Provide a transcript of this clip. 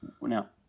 Now